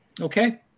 Okay